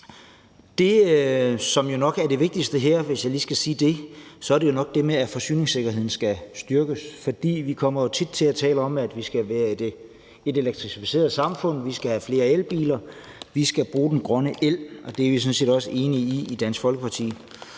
Det, der nok er det vigtigste her – hvis jeg lige skal sige det – er jo nok det med, at forsyningssikkerheden skal styrkes. Vi kommer jo tit til at tale om, at vi skal have et elektrificeret samfund, at vi skal have flere elbiler, og at vi skal bruge den grønne el. Det er vi sådan set også enige i i Dansk Folkeparti.